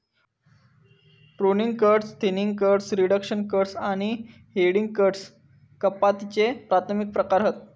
pruning cuts, thinning cuts, reduction cuts आणि heading cuts कपातीचे प्राथमिक प्रकार हत